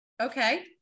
Okay